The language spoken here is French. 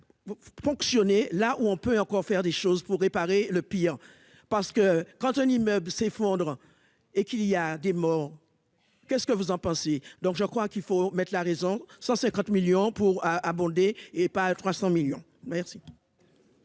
ponctionner là où on peut encore faire des choses pour réparer le pire parce que quand un immeuble s'effondre et qu'il y a des morts qu'est-ce que vous en pensez donc je crois qu'il faut mettre la raison 150 millions pour à aborder et pas 300 millions merci.